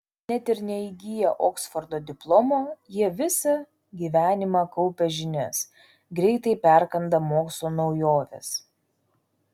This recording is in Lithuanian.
net ir neįgiję oksfordo diplomo jie visą gyvenimą kaupia žinias greitai perkanda mokslo naujoves